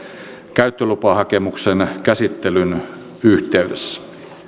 käyttölupahakemuksen käsittelyn yhteydessä